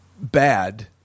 bad